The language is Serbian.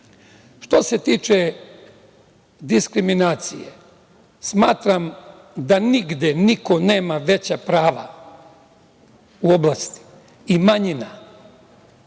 se tiče diskriminacije, smatra da nigde niko nema veća prava u oblasti i manjina